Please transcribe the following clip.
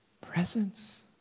Presence